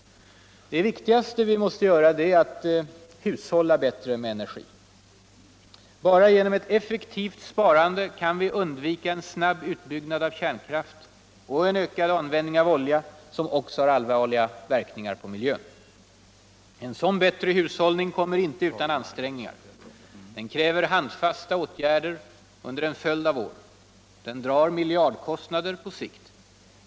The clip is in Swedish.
Det viktigaste vi måste göra är att hushdlla bättre med encergi. Bara genom ett effektuivi sparande kan vi undvika en snabb utbyggnad av kärnkraft och en ökad användning av olja, som också har allvarliga verkningar på miljön. En sådan bätre hushållning kommer inte utan ansträngningar. Den kräver handfasta åtgärder över en följd av år. Den drar miljardkostnader på stkt.